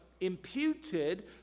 imputed